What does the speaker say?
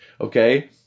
okay